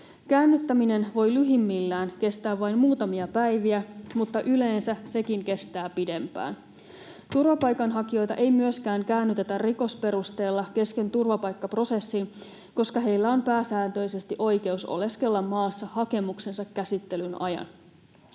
Käännyttäminen voi lyhimmillään kestää vain muutamia päiviä, mutta yleensä sekin kestää pidempään. Turvapaikanhakijoita ei myöskään käännytetä rikosperusteella kesken turvapaikkaprosessin, koska heillä on pääsääntöisesti oikeus oleskella maassa hakemuksensa käsittelyn ajan.